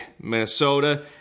Minnesota